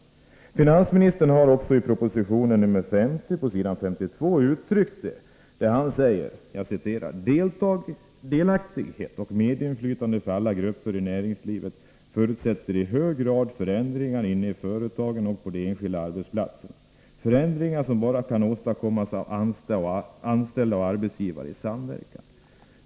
Finansministern har också uttalat detta i proposition nr 50, s. 52: ”Delaktighet och medinflytande för alla grupper i näringslivet förutsätter i hög grad förändringar inne i företagen och på de enskilda arbetsplatserna — förändringar som bara kan åstadkommas av anställda och arbetsgivare i samverkan.